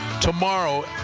Tomorrow